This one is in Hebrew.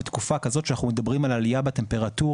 בתקופה כזאת שאנחנו מדברים על עלייה בטמפרטורה,